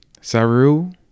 Saru